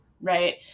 Right